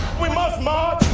we must march.